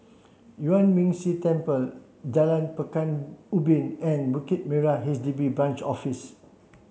Yuan Ming Si Temple Jalan Pekan Ubin and Bukit Merah H D B Branch Office